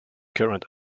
current